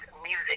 music